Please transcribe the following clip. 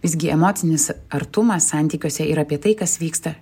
visgi emocinis artumas santykiuose yra apie tai kas vyksta